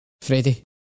Freddie